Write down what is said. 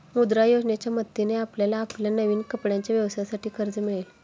मुद्रा योजनेच्या मदतीने आपल्याला आपल्या नवीन कपड्यांच्या व्यवसायासाठी कर्ज मिळेल